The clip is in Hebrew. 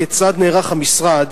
כיצד נערך המשרד